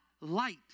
Light